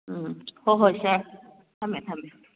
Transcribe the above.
ꯎꯝ ꯍꯣꯏ ꯍꯣꯏ ꯁꯦ ꯊꯝꯃꯦ ꯊꯝꯃꯦ